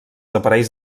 aparells